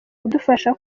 kudufasha